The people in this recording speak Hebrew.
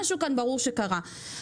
ברור שקרה כאן משהו.